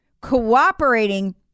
cooperating